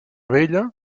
vella